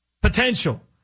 Potential